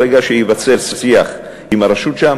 ברגע שייווצר שיח עם הרשות שם,